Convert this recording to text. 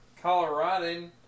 Colorado